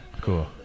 cool